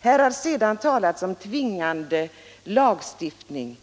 Här har talats om tvingande lagstiftning.